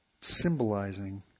symbolizing